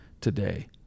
today